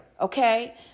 Okay